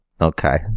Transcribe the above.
Okay